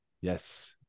yes